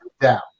down